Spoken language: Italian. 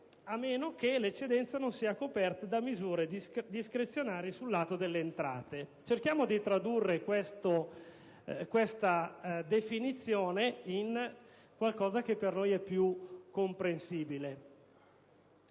a meno che l'eccedenza non sia coperta da misure discrezionali sul lato delle entrate. Cerchiamo di tradurre questa definizione in qualcosa di più comprensibile